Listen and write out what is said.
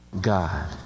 God